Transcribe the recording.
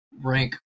rank